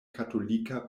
katolika